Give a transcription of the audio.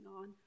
on